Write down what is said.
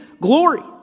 glory